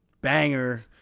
Banger